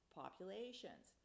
populations